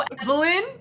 Evelyn